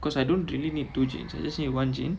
because I don't really need two jeans I just need one jeans